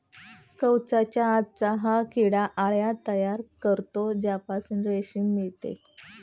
कवचाच्या आतच हा किडा अळ्या तयार करतो ज्यापासून रेशीम मिळते